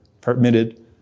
permitted